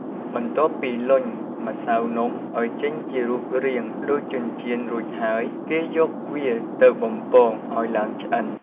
បន្ទាប់ពីលុញ ម្សៅនំឱ្យចេញជារូបរាងដូចចិញ្ចៀនរួចហើយ គេយកវាទៅបំពងឱ្យឡើងឆ្អិន។